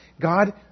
God